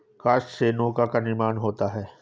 काष्ठ से नौका का निर्माण होता है